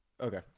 okay